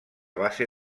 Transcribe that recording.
base